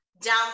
down